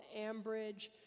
Ambridge